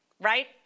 right